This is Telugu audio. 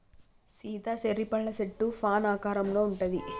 సీత చెర్రీ పళ్ళ సెట్టు ఫాన్ ఆకారంలో ఉంటది